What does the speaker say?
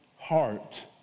heart